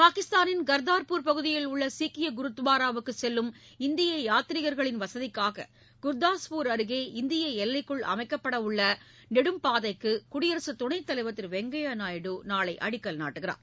பாகிஸ்தாளின் கர்தார்பூர் பகுதியில் உள்ள சீக்கிய குருத்வாராவுக்கு செல்லும் இந்திய யாத்ரீகர்களின் வசதிக்காக குர்தாஸ்பூர் அருகே இந்திய எல்லைக்குள் அமைக்கப்பட உள்ள நெடும் பாதைக்கு குடியரசு துணைத் தலைவர் திரு வெங்கய்ய நாயுடு நாளை அடிக்கல் நாட்டுகிறார்